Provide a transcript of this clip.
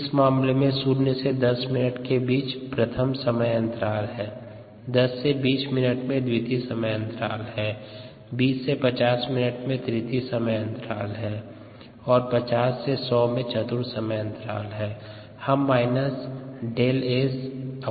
इस मामले में 0 से 10 मिनट के बीच प्रथम समयांतराल है 10 से 20 मिनट में द्वितीय समयांतराल है 20 से 50 मिनट में तृतीय समयांतराल है और 50 से 100 में चतुर्थ समयांतराल है